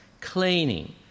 cleaning